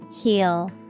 heal